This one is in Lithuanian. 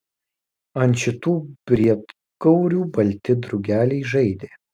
ant šitų briedgaurių balti drugeliai žaidė